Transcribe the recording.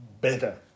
better